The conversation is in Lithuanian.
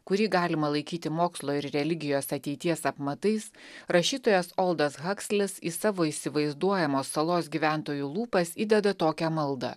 kurį galima laikyti mokslo ir religijos ateities apmatais rašytojas oldas hakslis į savo įsivaizduojamos salos gyventojų lūpas įdeda tokią maldą